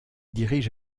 dirige